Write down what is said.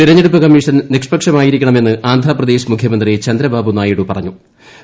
തെരഞ്ഞെടുപ്പ് കമ്മീഷൻ നിഷ്പക്ഷമായിരിക്കണമെന്ന് ് ആന്ധ്രപ്രദേശ് മുഖ്യമന്ത്രി ചന്ദ്ര ബാബു നായിഡു പ്പിട്ടുണ്ടു